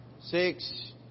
six